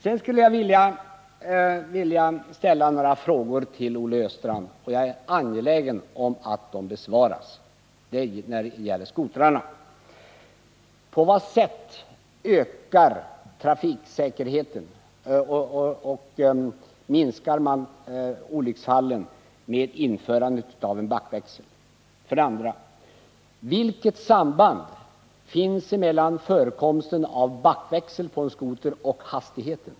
Jag skulle sedan vilja ställa några frågor till Olle Östrand när det gäller skotrarna, och jag är angelägen om att de frågorna besvaras. På vad sätt ökar trafiksäkerheten och minskar olycksfallen med införandet av en backväxel? Vilket samband finns mellan förekomsten av backväxel på en skoter och hastigheten?